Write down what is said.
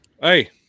Hey